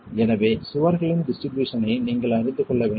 எனவே சுவர்களின் டிஸ்ட்ரிபியூஷன் ஐ நீங்கள் அறிந்து கொள்ள வேண்டும்